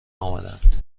آمادهاند